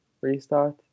restart